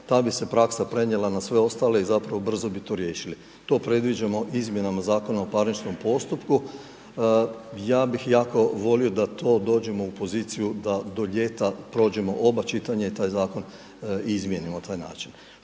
ta bi se praksa prenijela na sve ostale i zapravo brzo bi to riješili. To predviđamo izmjenama Zakona o parničnom postupku. Ja bih jako volio da tu dođemo u poziciju da do ljeta prođemo oba čitanja i taj zakon izmijenimo na taj način.